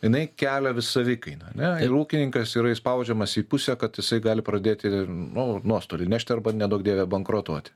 jinai kelia vis savikainą ar ne ūkininkas yra įspaudžiamas į pusę kad jisai gali pradėti nu nuostolį nešti arba neduok dieve bankrotuoti